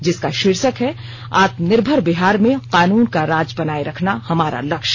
जिसका शीर्षक है आत्मनिर्भर बिहार में कानून का राज बनाये रखना हमारा लक्ष्य